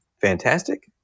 Fantastic